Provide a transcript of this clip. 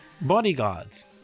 bodyguards